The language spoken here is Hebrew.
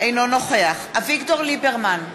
אינו נוכח אביגדור ליברמן,